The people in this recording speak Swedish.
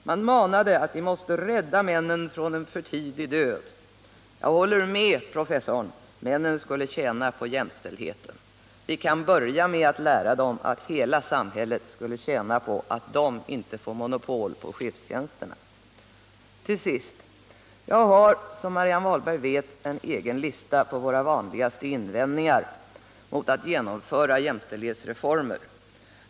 Rädda männen från en för tidig död, manade man. Jag håller med professorn i fråga. Männen skulle tjäna på jämställdheten. Vi kan börja med att lära dem att hela samhället skulle tjäna på att de inte får monopol på chefstjänsterna. Till sist: Jag har som Marianne Wahlberg vet en egen lista på de vanligaste invändningarna mot att genomföra jämställdhetsreformer.